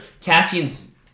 Cassian's